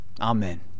amen